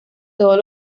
todos